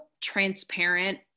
transparent